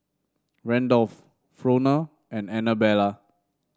Randolf Frona and Anabella